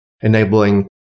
enabling